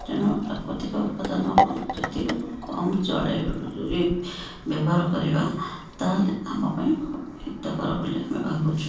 ତେଣୁ ପ୍ରାକୃତିକ ଉତ୍ପାଦନ ଯେତିକି କମ୍ ଚଳେ ଇଏ ବ୍ୟବହାର କରିବା ତାହାଲେ ଆମ ପାଇଁ ହିତକର ବୋଲି ଆମେ ଭାବୁଛୁ